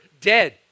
dead